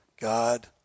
God